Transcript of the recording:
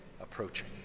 approaching